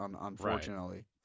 unfortunately